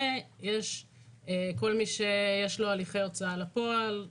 ויש כל מי שיש לו הליכי הוצאה לפועל,